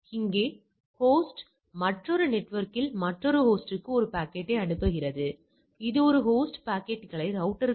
எனவே நான் இதைப் பார்க்கிறேன் மற்றும் க்கான எனது சோதனை புள்ளிவிவரங்கள் 2